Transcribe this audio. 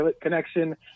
connection